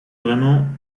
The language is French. vraiment